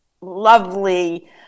lovely